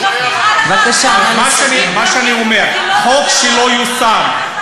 מה שאני אומר: חוק שלא יושם,